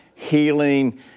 Healing